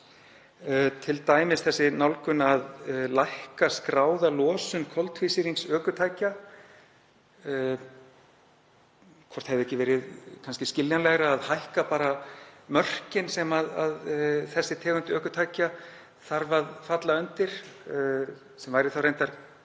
t.d. þá nálgun að lækka skráða losun koltvísýrings ökutækja, hefði ekki verið skiljanlegra að hækka bara mörkin sem þessi tegund ökutækja þarf að falla undir sem væri þá reyndar töluvert